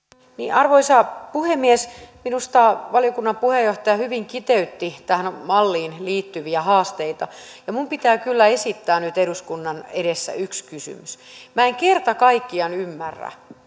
arvoisa puhemies minusta valiokunnan puheenjohtaja hyvin kiteytti tähän malliin liittyviä haasteita minun pitää kyllä esittää nyt eduskunnan edessä yksi kysymys minä en kerta kaikkiaan ymmärrä